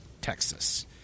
Texas